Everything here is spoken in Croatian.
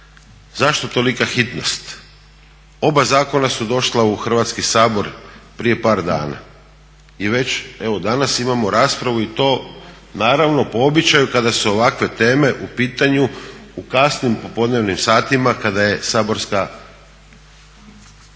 zašto tolika hitnost? Oba zakona su došla u Hrvatski sabor prije par dana i već evo danas imamo raspravu i to naravno po običaju kada su ovakve teme u pitanju u kasnim popodnevnim satima kada je saborska